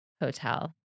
Hotel